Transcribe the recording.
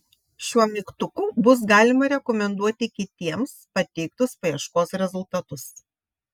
šiuo mygtuku bus galima rekomenduoti kitiems pateiktus paieškos rezultatus